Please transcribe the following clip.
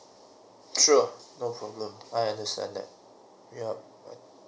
sure no problem I understand that yup